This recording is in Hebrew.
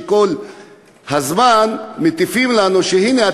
וכל הזמן מטיפים לנו שהנה,